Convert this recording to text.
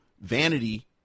Vanity